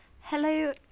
Hello